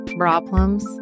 problems